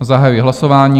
Zahajuji hlasování.